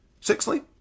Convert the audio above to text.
Sixthly